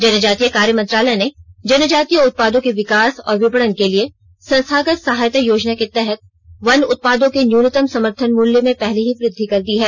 जनजातीय कार्य मंत्रालय ने जनजातीय उत्पादों के विकास और विपणन के लिए संस्थागत सहायता योजना के तहत वन उत्पादों के न्यूनतम समर्थन मुल्य में पहले ही वृद्धि कर दी है